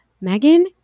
Megan